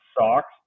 socks